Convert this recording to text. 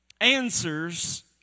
answers